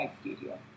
studio